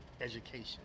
education